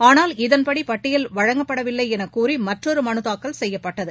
ஆளால் இதன்படி பட்டியல் வழங்கப்படவில்லை எனக்கூறி மற்றொரு மனு தாக்கல் செய்யப்பட்டது